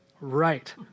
Right